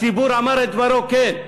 הציבור אמר את דברו, כן,